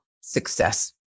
success